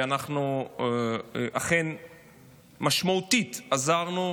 שאנחנו אכן משמעותית עזרנו